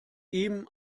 ihm